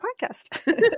podcast